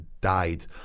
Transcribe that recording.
died